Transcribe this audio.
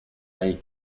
ahí